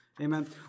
Amen